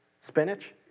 Spinach